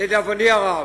לדאבוני הרב.